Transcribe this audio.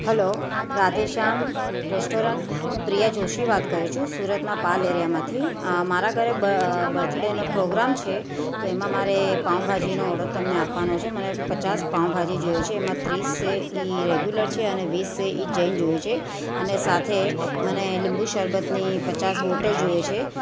hello Radhe Shyam restaurant હું પ્રિયા જોશી વાત કરું છું સુરતના પાલ એરિયામાંથી મારા ઘરે બર્થડેનો પ્રોગ્રામ છે તો એમા મારે પાઉંભાજીનો ઓર્ડર તમને આપવાનો છે મને પચાસ પાઉંભાજી જોઈએ છે એમાં ત્રીસ છે એ રેગ્યુલર છે અને વીસ છે એ જૈન જોઈએ છે અને સાથે મને લીંબુ શરબતની પચાસ બોટલ જોઈએ છે